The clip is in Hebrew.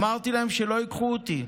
אמרתי להם שלא ייקחו אותי,